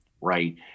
right